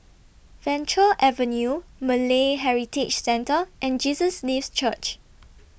Venture Avenue Malay Heritage Centre and Jesus Lives Church